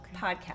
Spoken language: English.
podcast